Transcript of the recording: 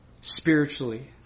spiritually